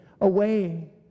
away